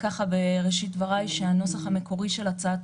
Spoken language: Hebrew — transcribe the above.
בראשית דבריי אגיד שהנוסח המקורי של הצעת